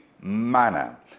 manner